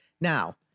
Now